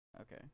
Okay